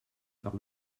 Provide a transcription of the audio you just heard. vers